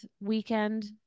weekend